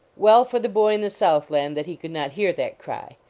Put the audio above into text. well for the boy in the southland that he could not hear that cry.